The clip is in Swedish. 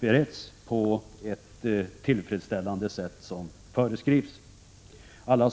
beretts såsom föreskrivs och på ett tillfredsställande sätt.